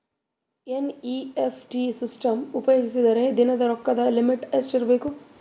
NEFT system ಉಪಯೋಗಿಸಿದರ ದಿನದ ರೊಕ್ಕದ ಲಿಮಿಟ್ ಎಷ್ಟ ಇರಬೇಕು?